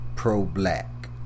pro-black